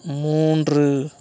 மூன்று